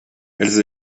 elles